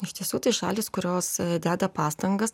iš tiesų tai šalys kurios deda pastangas